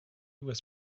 was